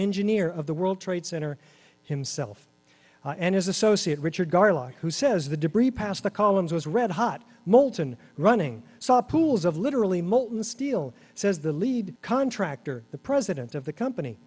engineer of the world trade center himself and his associate richard garlock who says the debris past the columns was red hot molten running saw pools of literally molten steel says the lead contractor the president of the company